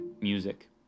music